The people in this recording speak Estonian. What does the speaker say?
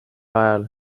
ajal